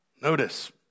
Notice